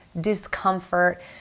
discomfort